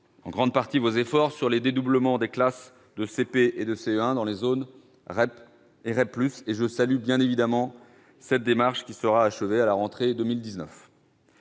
en grande partie vos efforts sur les dédoublements des classes de CP et de CE1 dans les zones REP et REP+. Je salue bien évidemment cette démarche, qui sera achevée à la rentrée de 2019.